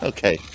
Okay